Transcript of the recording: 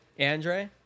Andre